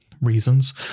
reasons